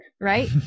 right